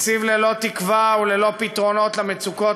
תקציב ללא תקווה וללא פתרונות למצוקות